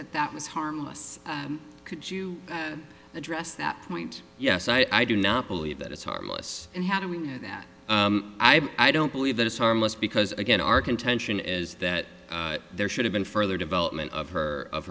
that that was harmless could you address that point yes i do not believe that it's harmless and how do we know that i don't believe that it's harmless because again our contention is that there should have been further development of her of